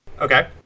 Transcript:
Okay